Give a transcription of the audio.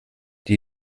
die